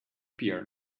pier